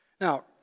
Now